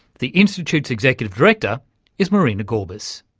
the institute's executive director is marina gorbis.